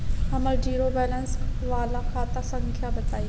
हमर zero balance वाला खाता संख्या बताई?